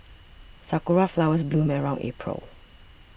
sakura flowers bloom around April